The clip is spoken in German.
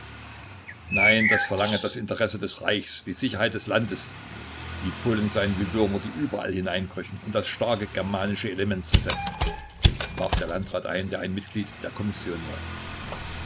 nein das verlange das interesse des reiches die sicherheit des landes die polen seien wie würmer die überall hineinkröchen und das starke germanische element zersetzen warf der landrat ein der ein mitglied der kommission war